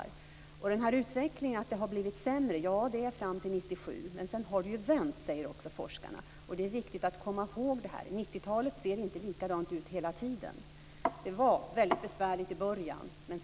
När det gäller den här utvecklingen vill jag säga att det blev sämre fram till 1997. Sedan har det vänt. Det säger också forskarna. Det är viktigt att komma ihåg det. Det ser inte likadant ut hela tiden under 90 talet. Det var väldigt besvärligt i början.